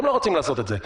הם לא רוצים לעשות את זה.